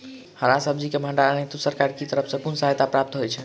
हरा सब्जी केँ भण्डारण हेतु सरकार की तरफ सँ कुन सहायता प्राप्त होइ छै?